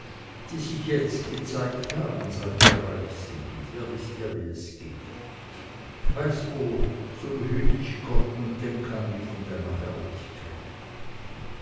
die sich jetzt gezeigt haben seit wir reich sind ihr wißt ja wie es geht weiß wohl so behüt dich gott und denk an mich in deiner herrlichkeit